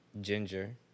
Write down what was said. ginger